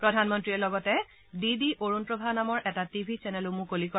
প্ৰধানমন্ত্ৰীয়ে লগতে D D Arunprabha নামৰ এটা টিভি চেনেলো মুকলি কৰে